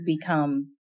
become